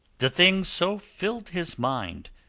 the thing so filled his mind,